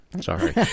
sorry